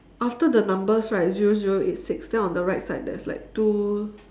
after the numbers right zero zero eight six then on the right side there's like two